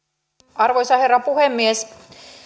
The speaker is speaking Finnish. arvoisa herra puhemies